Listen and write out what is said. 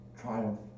triumph